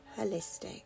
Holistic